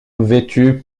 vêtu